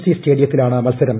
C സ്റ്റേഡിയത്തിൽ ആണ് മത്സരം